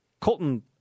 Colton